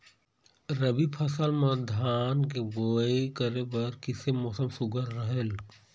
रबी फसल म धान के बुनई करे बर किसे मौसम सुघ्घर रहेल?